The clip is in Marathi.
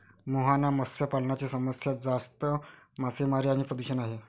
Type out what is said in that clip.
मुहाना मत्स्य पालनाची समस्या जास्त मासेमारी आणि प्रदूषण आहे